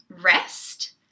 rest